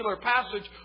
passage